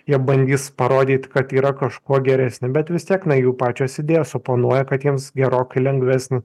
jie bandys parodyt kad yra kažkuo geresni bet vis tiek na jų pačios idėjos suponuoja kad jiems gerokai lengvesni